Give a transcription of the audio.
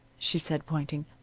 she said, pointing.